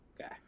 okay